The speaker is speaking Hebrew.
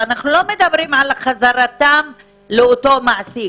ואנחנו לא מדברים על חזרתם לאותו מעסיק.